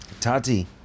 Tati